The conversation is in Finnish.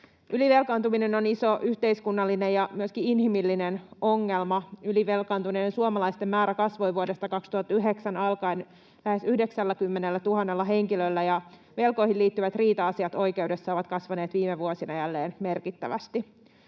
Ylivelkaantuminen on iso yhteiskunnallinen ja myöskin inhimillinen ongelma. Ylivelkaantuneiden suomalaisten määrä kasvoi vuodesta 2009 alkaen lähes 90 000:lla henkilöllä, ja velkoihin liittyvät riita-asiat oikeudessa ovat kasvaneet viime vuosina jälleen merkittävästi.